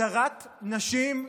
הדרת נשים.